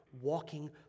walking